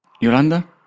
Yolanda